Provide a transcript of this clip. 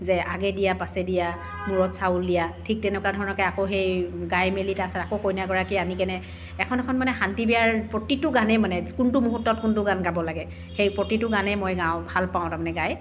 যে আগে দিয়া পাছে দিয়া মূৰত চাউল দিয়া ঠিক তেনেকুৱা ধৰণৰকৈ আকৌ সেই গাই মেলি তাৰপাছত আকৌ কইনাগৰাকীক আনি কেনে এখন এখন মানে শান্তি বিয়াৰ প্ৰতিটো গানেই মানে কোনটো মুহূৰ্তত কোনটো গান গাব লাগে সেই প্ৰতিটো গানেই মই গাওঁ ভাল পাওঁ তাৰমানে গাই